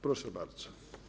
Proszę bardzo.